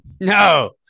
No